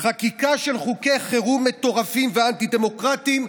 חקיקה של חוקי חירום מטורפים ואנטי-דמוקרטיים?